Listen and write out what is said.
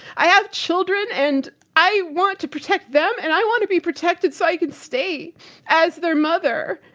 i have children and i want to protect them and i want to be protected so i can stay as their mother.